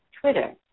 Twitter